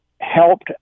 helped